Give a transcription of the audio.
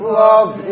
love